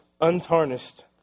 untarnished